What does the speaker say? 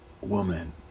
woman